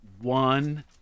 one